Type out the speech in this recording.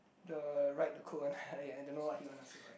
the write the code one I don't know what he want us to write